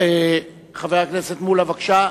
חבר הכנסת שלמה מולה, בבקשה.